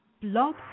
Blog